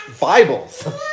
Bibles